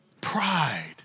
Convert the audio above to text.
pride